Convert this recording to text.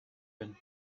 been